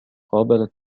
قابلت